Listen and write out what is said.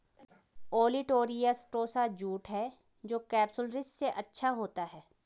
olitorius टोसा jute है जो केपसुलरिस से अच्छा होता है